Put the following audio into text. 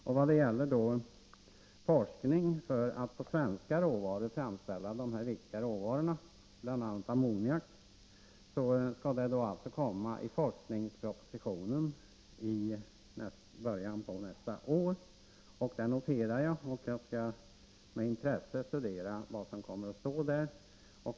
Då det gäller forskning för att med svenska råvaror framställa de här viktiga ämnena — bl.a. ammoniak — skall det alltså komma förslag i forskningspropositionen i början av nästa år. Detta noterar jag, och jag skall med intresse studera vad som kommer att stå där.